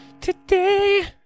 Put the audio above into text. today